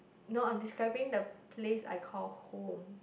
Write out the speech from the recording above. no I'm describing the place I call home